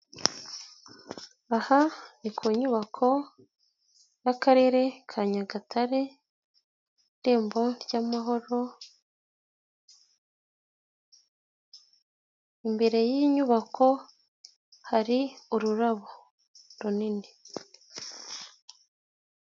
Aha ni ku nyubako y'Akarere ka Nyagatare Irembo ry'Amahoro, imbere y'iyi nyubako hari ururabo runini.